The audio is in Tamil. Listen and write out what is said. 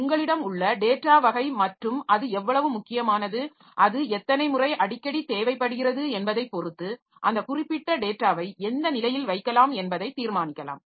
எனவே உங்களிடம் உள்ள டேட்டா வகை மற்றும் அது எவ்வளவு முக்கியமானது அது எத்தனை முறை அடிக்கடி தேவைப்படுகிறது என்பதைப் பொறுத்து அந்த குறிப்பிட்ட டேட்டாவை எந்த நிலையில் வைக்கலாம் என்பதை தீர்மானிக்கலாம்